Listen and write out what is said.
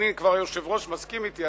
והנה כבר היושב-ראש מסכים אתי,